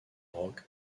rock